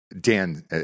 Dan